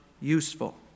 useful